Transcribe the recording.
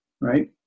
Right